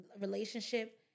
relationship